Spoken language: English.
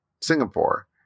Singapore